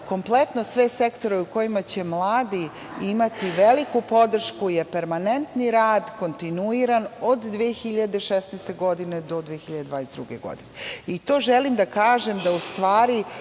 kompletno sve sektore u kojima će mladi imati veliku podršku je permanentni rad, kontinuiran od 2016. godine do 2022. godine i želim da kažem da u stvari